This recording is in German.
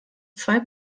zwei